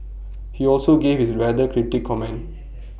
he also gave his rather cryptic comment